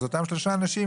אז אותם שלושה אנשים